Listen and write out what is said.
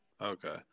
Okay